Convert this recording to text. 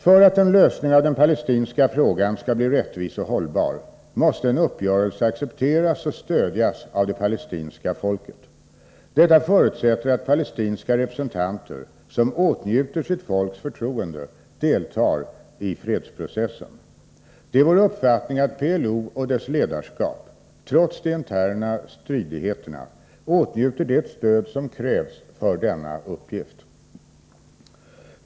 För att en lösning av den palestinska frågan skall bli rättvis och hållbar måste en uppgörelse accepteras och stödjas av det palestinska folket. Detta förutsätter att palestinska representanter som åtnjuter sitt folks förtroende deltar i fredsprocessen. Det är vår uppfattning att PLO och dess ledarskap — trots de interna stridigheterna — åtnjuter det stöd som krävs för denna uppgift.